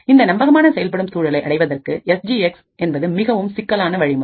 இந்த நம்பகமான செயல்படும் சூழலை அடைவதற்கு எஸ் ஜி எக்ஸ என்பது மிகவும் சிக்கலான வழிமுறை